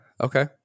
Okay